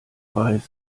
weiß